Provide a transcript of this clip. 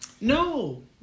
No